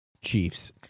Chiefs